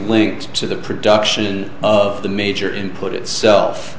linked to the production of the major input itself